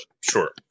sure